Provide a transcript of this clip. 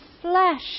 flesh